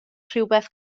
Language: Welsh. rhywbeth